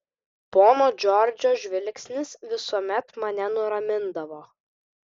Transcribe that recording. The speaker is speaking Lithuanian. pono džordžo žvilgsnis visuomet mane nuramindavo